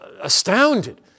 astounded